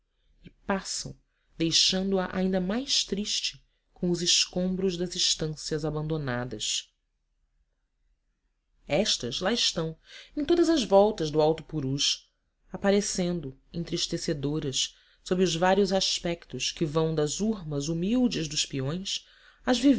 e passam deixando-a ainda mais triste com os escombros das estâncias abandonadas estas lá estão em todas as voltas do alto purus aparecendo entristecedoras sob os vários aspetos que vão das hurmas humildes dos peões às